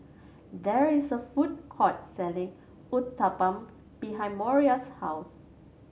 there is a food court selling Uthapam behind Moriah's house